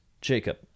Jacob